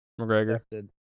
McGregor